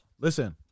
Listen